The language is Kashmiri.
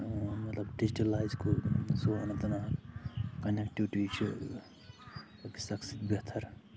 مطلب ڈِجٹَلایز گوٚو سون اننت ناگ کَنَٮ۪کٹٕوِٹی چھِ بہتَر